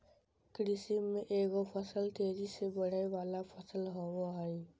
कृषि में एगो फसल तेजी से बढ़य वला फसल होबय हइ